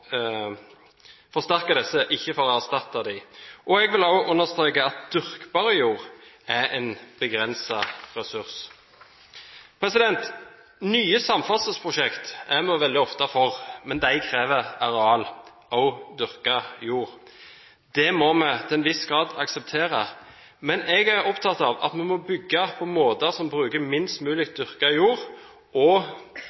erstatte dem. Jeg vil også understreke at dyrkbar jord er en begrenset ressurs. Nye samferdselsprosjekter er vi veldig ofte for, men de krever areal – også dyrket jord. Det må vi til en viss grad akseptere, men jeg er opptatt av at vi må bygge på måter som bruker minst mulig